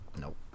Nope